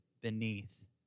beneath